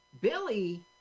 billy